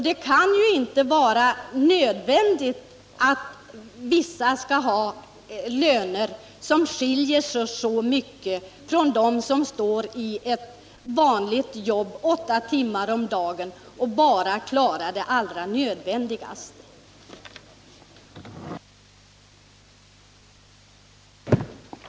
Det kan ju inte vara nödvändigt att vissa människor skall ha löner som skiljer sig väldigt mycket från lönerna för människor som Nr 66 står i ett vanligt jobb åtta timmar om dagen och som bara klarar det allra Tisdagen den nödvändigaste med sin lön. 16 januari 1979